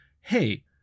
hey